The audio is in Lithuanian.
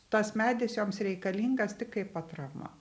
tas medis joms reikalingas tik kaip atrama